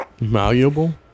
Malleable